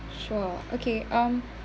sure okay um